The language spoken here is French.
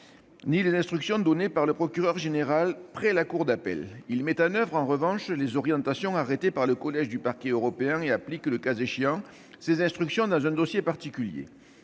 ni les instructions données par le procureur général près la cour d'appel. Il met en oeuvre, en revanche, les orientations arrêtées par le collège du Parquet européen et applique, le cas échéant, ses instructions dans un dossier particulier.